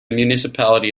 municipality